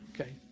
Okay